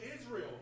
Israel